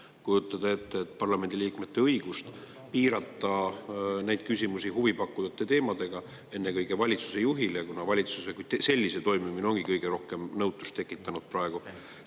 kujutada ette parlamendi liikmete õigust piirata neid küsimusi huvipakkuvate teemadega ennekõike valitsuse juhile, kuna valitsuse kui sellise toimimine ongi kõige rohkem nõutust tekitanud praegu.